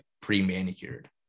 pre-manicured